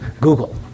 Google